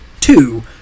two